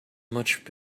much